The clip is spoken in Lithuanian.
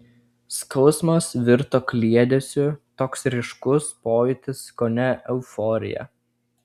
skausmas virto kliedesiu toks ryškus pojūtis kone euforija